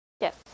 Yes